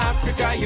Africa